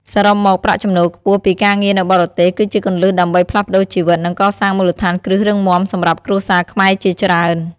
សរុបមក ប្រាក់ចំណូលខ្ពស់ពីការងារនៅបរទេស គឺជាគន្លឹះដើម្បីផ្លាស់ប្តូរជីវិត និងកសាងមូលដ្ឋានគ្រឹះរឹងមាំសម្រាប់គ្រួសារខ្មែរជាច្រើន។